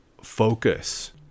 focus